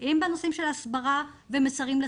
בתקופת הסגרים.